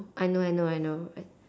I know I know I know I